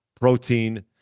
protein